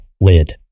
lid